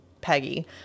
Peggy